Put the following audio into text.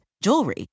jewelry